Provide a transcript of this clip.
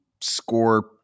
score